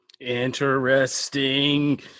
interesting